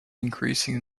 increasing